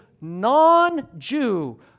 non-Jew